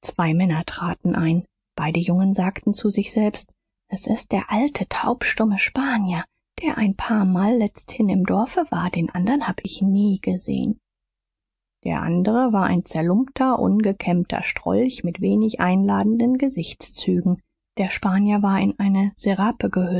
zwei männer traten ein beide jungen sagten zu sich selbst s ist der alte taubstumme spanier der ein paarmal letzthin im dorfe war den anderen hab ich nie gesehn der andere war ein zerlumpter ungekämmter strolch mit wenig einladenden gesichtszügen der spanier war in eine serape